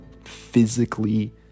physically